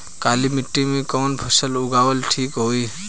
काली मिट्टी में कवन फसल उगावल ठीक होई?